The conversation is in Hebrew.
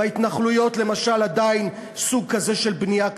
בהתנחלויות למשל עדיין קיים סוג כזה של בנייה,